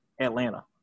atlanta